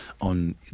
on